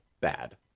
Bad